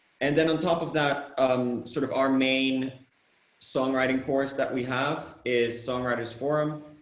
and then on top of that, um, sort of, our main songwriting course that we have is songwriters forum,